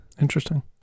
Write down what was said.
Interesting